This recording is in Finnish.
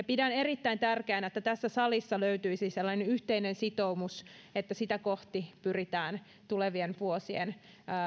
pidän erittäin tärkeänä että tässä salissa löytyisi sellainen yhteinen sitoumus että sitä kohti pyritään tulevien vuosien